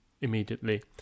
immediately